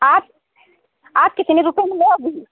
आप आप कितने रुपये में लोगी